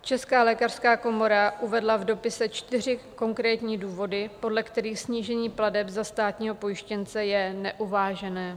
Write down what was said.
Česká lékařská komora uvedla v dopise čtyři konkrétní důvody, podle kterých snížení plateb za státního pojištěnce je neuvážené.